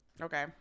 Okay